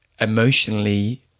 emotionally